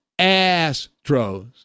Astros